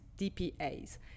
DPAs